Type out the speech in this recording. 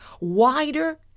wider